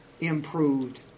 improved